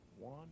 One